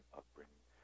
upbringing